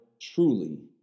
truly